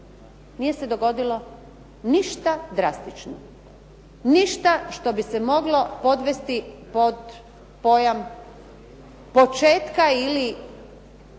nije se dogodilo ništa drastično, ništa što bi se moglo podvesti pod pojam početka ili